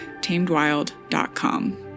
tamedwild.com